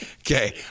Okay